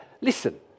Listen